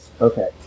Okay